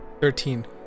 Thirteen